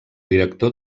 director